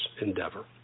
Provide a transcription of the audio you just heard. endeavor